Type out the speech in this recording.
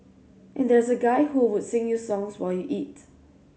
and there's a guy who would sing you songs while you eat